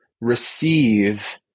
receive